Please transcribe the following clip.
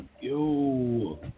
Yo